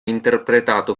interpretato